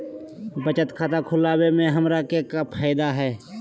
बचत खाता खुला वे में हमरा का फायदा हुई?